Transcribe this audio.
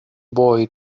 boy